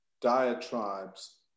diatribes